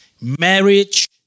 marriage